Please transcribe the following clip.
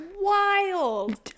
wild